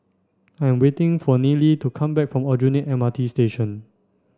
I am waiting for Nealy to come back from Aljunied M R T Station